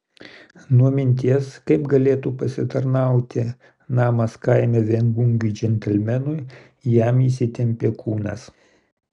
nuo minties kaip galėtų pasitarnauti namas kaime viengungiui džentelmenui jam įsitempė kūnas